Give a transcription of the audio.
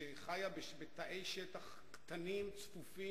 שחיה בתנאי שטח קטן וצפוף,